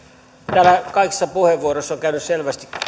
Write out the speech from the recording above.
täällä kaikissa puheenvuoroissa on käynyt selvästi